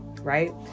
right